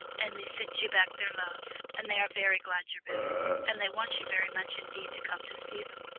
and they sent you back their love, and they are very glad you're better, and they want you very much indeed to come to see them.